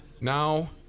now